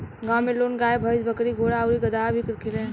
गांव में लोग गाय, भइस, बकरी, घोड़ा आउर गदहा भी रखेला